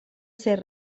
ser